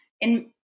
in-